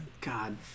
God